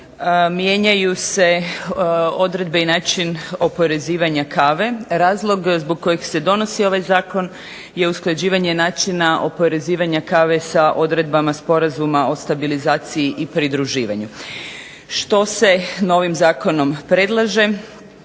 mijenjaju se odredbe i način oporezivanja kave. Razlog zbog kojeg se donosi ovaj zakon je usklađivanje načina oporezivanja kave sa odredbama Sporazuma o stabilizaciji i pridruživanju. Što se novim zakonom predlaže?